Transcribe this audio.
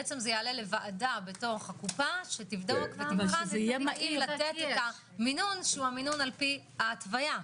זה יעלה לוועדה בקופה שתבדוק את המינון שהוא המינון לפי ההתוויה.